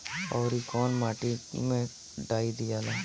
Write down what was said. औवरी कौन माटी मे डाई दियाला?